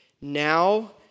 Now